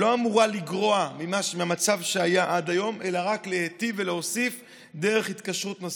לא אמורה לגרוע מהמצב שהיה עד היום אלא רק להיטיב ולהוסיף דרך התקשרות.